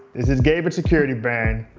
is is gabe at security baron.